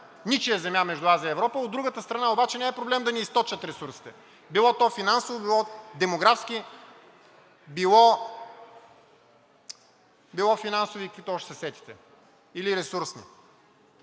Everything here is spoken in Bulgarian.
ничия земя между Азия и Европа. От другата страна обаче, не е проблем да ни източат ресурсите – било то финансови, било демографски или ресурсни и каквито още се сетите. От тази